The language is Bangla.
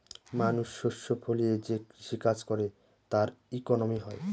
মানুষ শস্য ফলিয়ে যে কৃষি কাজ করে তার ইকোনমি হয়